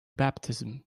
baptism